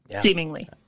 seemingly